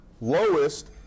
lowest